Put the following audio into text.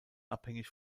abhängig